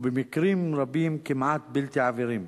ובמקרים רבים כמעט בלתי עבירים.